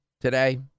today